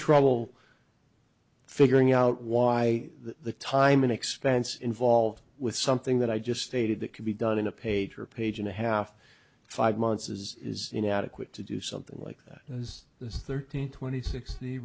trouble figuring out why the time and expense involved with something that i just stated that can be done in a page or a page and a half five months is inadequate to do something like that is this thirteen twenty sixty